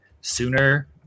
sooner